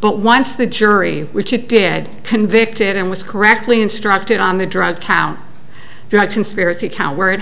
but once the jury which it did convicted and was correctly instructed on the drug count your conspiracy count where it